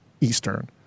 Eastern